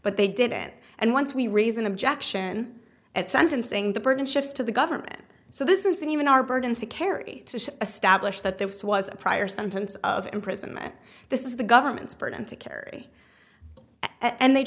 but they didn't and once we reason objection at sentencing the burden shifts to the government so this isn't even our burden to carry a stablish that there was a prior sentence of imprisonment this is the government's burden to carry and they